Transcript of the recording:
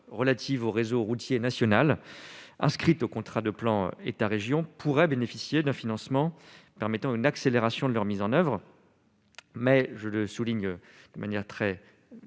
relatives au réseau routier national inscrite au contrat de plan État-Région pourraient bénéficier d'un financement permettant une accélération de leur mise en oeuvre, mais je le souligne de manière très